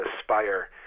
Aspire